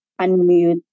Unmute